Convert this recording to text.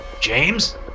James